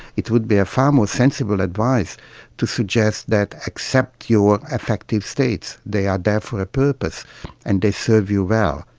it would be far more sensible advice to suggest that accept your affective states, they are there for a purpose and they serve you well,